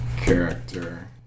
character